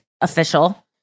official